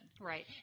Right